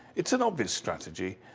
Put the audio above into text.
it's an obvious strategy,